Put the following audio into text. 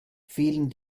fielen